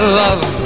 love